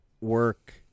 work